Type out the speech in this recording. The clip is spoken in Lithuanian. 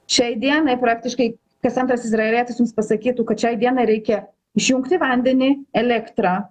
šiai dienai praktiškai kas antras izraelietis jums pasakytų kad šiai dienai reikia išjungti vandenį elektrą